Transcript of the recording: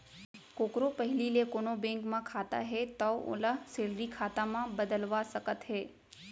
कोकरो पहिली ले कोनों बेंक म खाता हे तौ ओला सेलरी खाता म बदलवा सकत हे